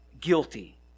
guilty